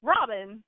Robin